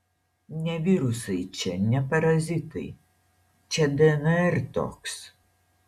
ne virusai čia ne parazitai čia dnr toks